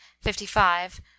fifty-five